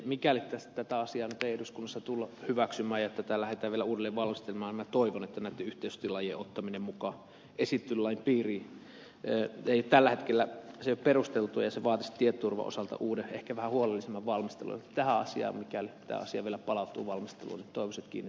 mikäli tätä asiaa nyt ei eduskunnassa tulla hyväksymään ja tätä lähdetään vielä uudelleen valmistelemaan näitten yhteisötilaajien ottaminen mukaan lain piiriin ei tällä hetkellä ole perusteltua ja se vaatisi tietoturvan osalta uuden ehkä vähän huolellisemman valmistelun joten tähän asiaan mikäli tämä asia vielä palautuu valmisteluun toivoisin kiinnitettävän erityistä huomiota